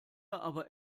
aber